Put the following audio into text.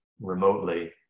remotely